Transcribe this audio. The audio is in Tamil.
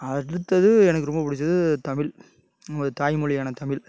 அடுத்தது எனக்கு ரொம்ப பிடிச்சது தமிழ் நமது தாய் மொழியான தமிழ்